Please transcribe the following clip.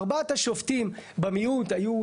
ארבעת השופטים במיעוט היו,